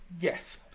Yes